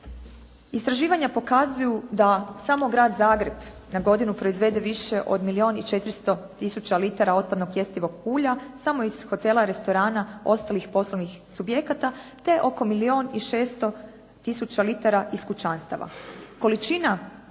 Istraživanja pokazuju da samo Grad Zagreb na godinu proizvede više od milijun i 400 tisuća litara otpadnog jestivog ulja, samo iz hotela, restorana, ostalih poslovnih subjekata te oko milijun i 600 tisuća litara iz kućanstava.